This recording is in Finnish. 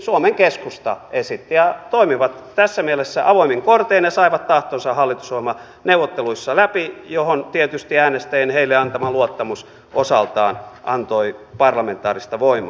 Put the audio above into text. suomen keskusta esitti ja he toimivat tässä mielessä avoimin kortein ja saivat tahtonsa hallitusohjelmaneuvotteluissa läpi mihin tietysti äänestäjien heille antama luottamus osaltaan antoi parlamentaarista voimaa